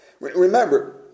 Remember